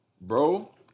bro